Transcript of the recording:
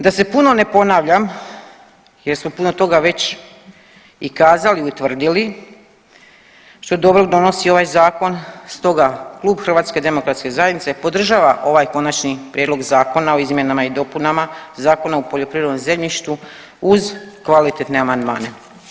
Da se puno ne ponavljam jer smo puno toga već i kazali i utvrdili što dobro donosi ovaj zakon, stoga klub HDZ-a podržava ovaj Konačni prijedlog Zakona o izmjenama i dopunama Zakona o poljoprivrednom zemljištu uz kvalitetne amandmane.